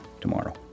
tomorrow